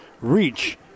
reach